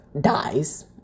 dies